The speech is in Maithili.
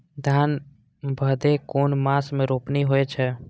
धान भदेय कुन मास में रोपनी होय छै?